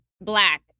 black